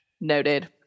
Noted